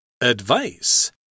Advice